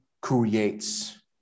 creates